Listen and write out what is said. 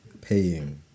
Paying